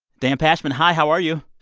dan pashman. hi. how are you?